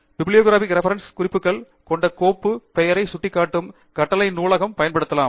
bibliographic references குறிப்புகள் கொண்ட கோப்பு பெயரை சுட்டிக்காட்டும் கட்டளை நூலகம் பயன்படுத்தலாம்